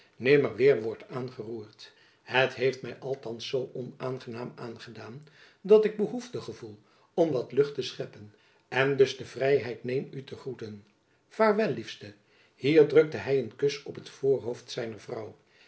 nimmer weêr wordt aangeroerd het heeft my althands zoo onaangenaam aangedaan dat ik behoefte gevoel om wat lucht te scheppen en dus de vrijheid neem u te groeten vaarwel liefste hier drukte hy een kus op het voorhoofd zijner vrouw